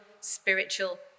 spiritual